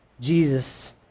Jesus